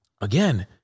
Again